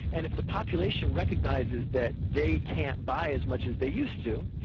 and if the population recognises that they can't buy as much as they used to,